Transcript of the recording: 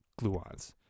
gluons